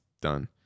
done